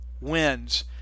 wins